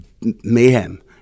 mayhem